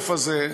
בחורף הזה,